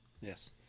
Yes